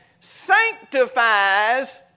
sanctifies